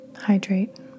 Hydrate